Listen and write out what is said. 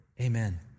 amen